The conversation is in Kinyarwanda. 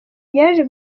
yaje